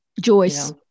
Joyce